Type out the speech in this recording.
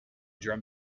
drum